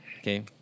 Okay